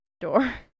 door